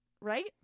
right